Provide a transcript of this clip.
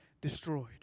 destroyed